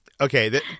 okay